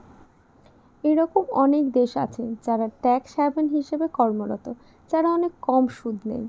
এরকম অনেক দেশ আছে যারা ট্যাক্স হ্যাভেন হিসেবে কর্মরত, যারা অনেক কম সুদ নেয়